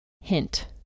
hint